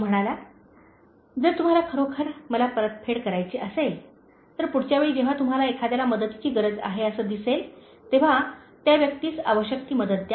तो म्हणाला "जर तुम्हाला खरोखर मला परतफेड करायची असेल तर पुढच्या वेळी जेव्हा तुम्हाला एखाद्याला मदतीची गरज आहे असे दिसेल तेव्हा त्या व्यक्तीस आवश्यक ती मदत द्या